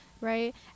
right